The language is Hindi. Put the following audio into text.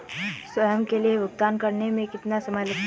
स्वयं के लिए भुगतान करने में कितना समय लगता है?